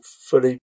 fully